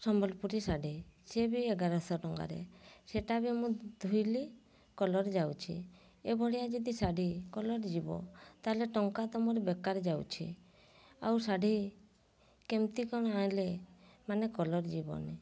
ସମ୍ବଲପୁରୀ ଶାଢ଼ୀ ସିଏ ବି ଏଗାରଶହ ଟଙ୍କାରେ ସେଇଟା ବି ମୁଁ ଧୋଇଲି କଲର୍ ଯାଉଛି ଏଭଳିଆ ଯଦି ଶାଢ଼ୀ କଲର୍ ଯିବ ତାହେଲେ ଟଙ୍କା ତ ମୋର ବେକାର ଯାଉଛି ଆଉ ଶାଢ଼ୀ କେମିତି କ'ଣ ଆଣିଲେ ମାନେ କଲର୍ ଯିବନି